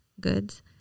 goods